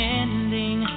ending